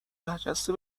برجسته